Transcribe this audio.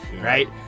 right